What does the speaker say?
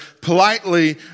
politely